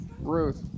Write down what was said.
Ruth